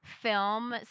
film